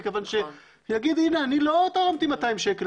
מכיוון שיגיד אדם: אני לא תרמתי 200 שקל,